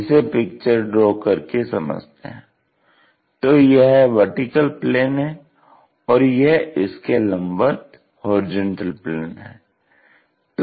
इसे picture draw करके समझते हैं तो यह VP है और यह इसके लम्बवत HP है